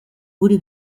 gure